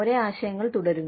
ഒരേ ആശയങ്ങൾ തുടരുന്നു